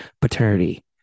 paternity